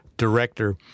director